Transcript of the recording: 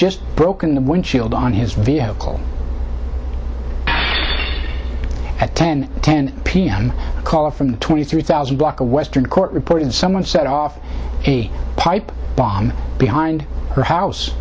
just broken the windshield on his vehicle at ten ten p m call from the twenty three thousand block a western court reported someone set off a pipe bomb behind her house